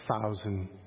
thousand